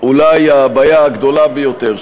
שאולי הבעיה הגדולה ביותר,